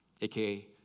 AKA